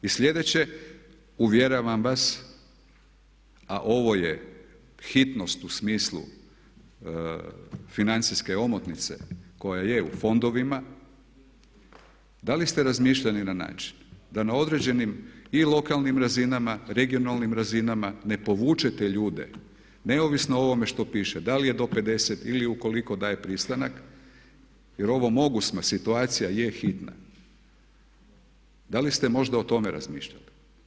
I sljedeće, uvjeravam vas, a ovo je hitnost u smislu financijske omotnice koja je u fondovima, da li ste razmišljali na način da na određenim i lokalnim razinama, regionalnim razinama ne povučete ljude, neovisno o ovome što piše da li je do 50 ili ukoliko daju pristanak, jer ovo mogu i situacija je hitna, da li ste možda o tome razmišljali?